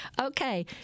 Okay